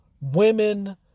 women